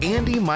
Andy